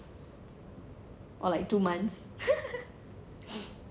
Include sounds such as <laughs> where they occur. or like two month <laughs>